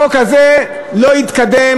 החוק הזה לא התקדם.